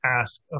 ask